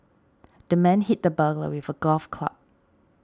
the man hit the burglar with a golf club